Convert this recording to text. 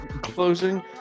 Closing